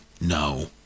no